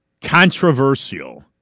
controversial